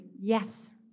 yes